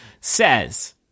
says